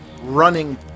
running